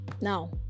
Now